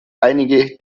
einige